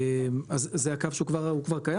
אז זה הקו שהוא כבר קיים,